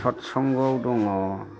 सत संगआव दङ